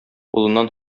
улыннан